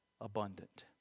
abundant